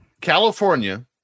California